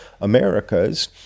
Americas